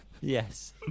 Yes